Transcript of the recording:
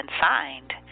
signed